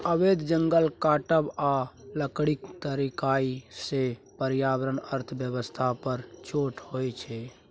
अबैध जंगल काटब आ लकड़ीक तस्करी सँ पर्यावरण अर्थ बेबस्था पर चोट होइ छै